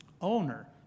owner